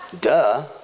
Duh